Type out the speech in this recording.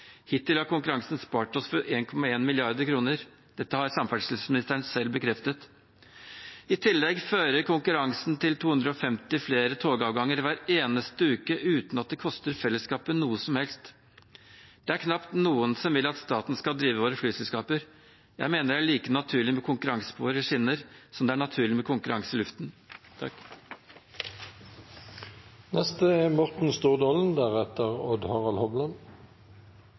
Hittil har konkurransen spart oss for 1,1 mrd. kr. Dette har samferdselsministeren selv bekreftet. I tillegg fører konkurransen til 250 flere togavganger hver eneste uke uten at det koster fellesskapet noe som helst. Det er knapt noen som vil at staten skal drive våre flyselskaper. Jeg mener det er like naturlig med konkurranse på våre skinner som det er naturlig med konkurranse i luften. Når vi i dag behandler budsjettet for samferdselssektoren, er